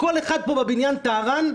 כל אחד בבניין טהרן,